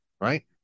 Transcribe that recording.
right